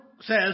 says